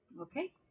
Okay